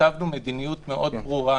כתבנו מדיניות מאוד ברורה,